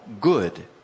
good